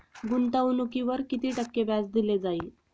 गुंतवणुकीवर किती टक्के व्याज दिले जाईल?